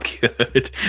good